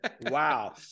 Wow